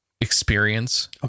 experience